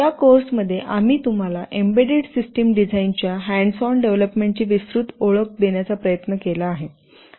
या कोर्समध्ये आम्ही तुम्हाला एम्बेडेड सिस्टम डिझाइनच्या हँड्स ऑन डेव्हलपमेंटची विस्तृत ओळख देण्याचा प्रयत्न केला आहे